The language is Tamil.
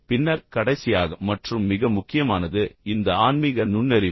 பின்னர் கடைசியாக மற்றும் மிக முக்கியமானது இந்த ஆன்மீக நுண்ணறிவு